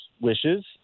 wishes